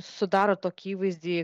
sudaro tokį įvaizdį